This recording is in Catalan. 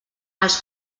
als